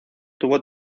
tuvo